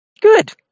good